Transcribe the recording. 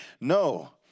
No